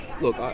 look